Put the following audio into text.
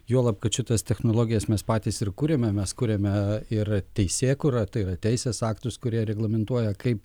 juolab kad šitas technologijas mes patys ir kuriame mes kuriame ir teisėkūra tai yra teisės aktus kurie reglamentuoja kaip